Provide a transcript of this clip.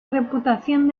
reputación